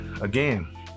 again